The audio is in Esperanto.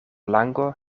lango